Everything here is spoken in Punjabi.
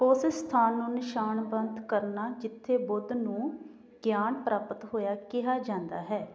ਉਸ ਸਥਾਨ ਨੂੰ ਨਿਸ਼ਾਨਬੱਧ ਕਰਨਾ ਜਿੱਥੇ ਬੁੱਧ ਨੂੰ ਗਿਆਨ ਪ੍ਰਾਪਤ ਹੋਇਆ ਕਿਹਾ ਜਾਂਦਾ ਹੈ